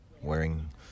wearing